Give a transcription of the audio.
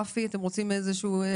רפי, אתם רוצים הערות?